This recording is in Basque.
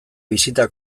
bisita